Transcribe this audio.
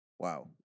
Wow